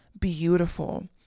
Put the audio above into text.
beautiful